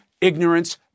ignorance